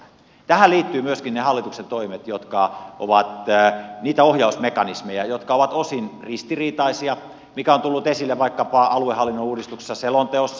tähän liittyy myöskin ne hallituksen toimet jotka ovat niitä ohjausmekanismeja jotka ovat osin ristiriitaisia mikä on tullut esille vaikkapa aluehallinnon uudistuksessa selonteossa